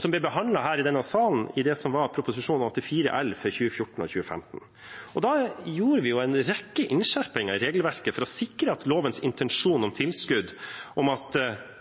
som ble behandlet her i denne salen – Prop. 84 L for 2014–2015. Da gjorde vi en rekke innskjerpinger i regelverket for å sikre at lovens intensjon